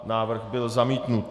Návrh byl zamítnut.